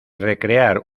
recrear